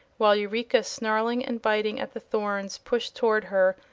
while eureka, snarling and biting at the thorns pushed toward her,